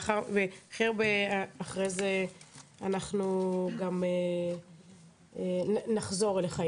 אחרי זה אנחנו גם נחזור אליך,